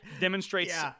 demonstrates